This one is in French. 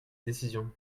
décisions